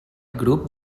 grup